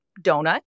donut